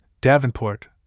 Davenport